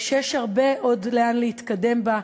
יש עוד הרבה לאן להתקדם בה,